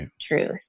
truth